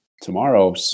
tomorrow